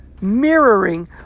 mirroring